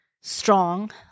strong